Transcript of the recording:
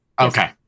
Okay